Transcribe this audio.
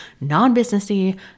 non-businessy